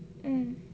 mm